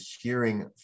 hearing